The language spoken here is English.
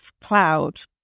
cloud